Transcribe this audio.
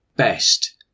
Best